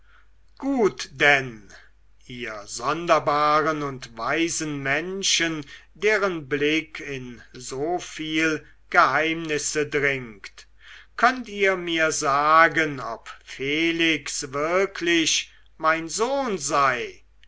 gut denn ihr sonderbaren und weisen menschen deren blick in so viel geheimnisse dringt könnt ihr mir sagen ob felix wirklich mein sohn sei